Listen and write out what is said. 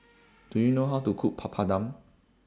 Do YOU know How to Cook Papadum